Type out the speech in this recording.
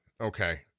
Okay